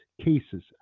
cases